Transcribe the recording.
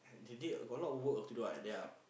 they did got a lot of work to do like that ah